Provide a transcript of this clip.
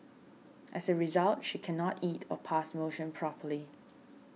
as a result she cannot eat or pass motion properly